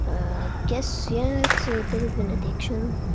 i guess, yeah, it's a bit of an addiction.